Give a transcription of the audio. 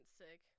sick